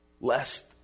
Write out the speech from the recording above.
lest